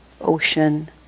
ocean